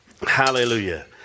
Hallelujah